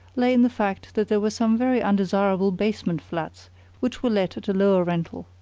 lay in the fact that there were some very undesirable basement flats which were let at a lower rental.